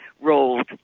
rolled